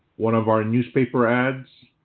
one of our newspaper ads.